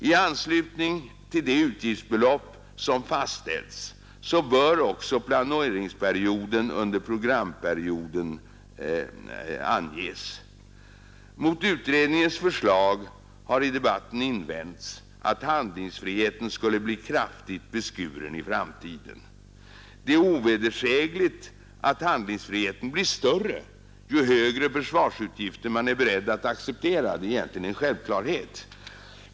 I anslutning till det utgiftsbelopp som fastställs bör också planeringsnivån under programperioden anges. Mot utredningens förslag har i debatten invänts att handlingsfriheten skulle bli kraftigt beskuren i framtiden. Det är ovedersägligt att handlingsfriheten blir större ju högre försvarsutgifter man är beredd att acceptera — det är egentligen en självklarhet.